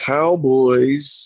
Cowboys